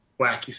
wacky